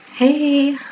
Hey